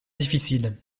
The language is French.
difficile